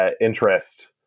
interest